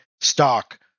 stock